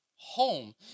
home